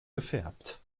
gefärbt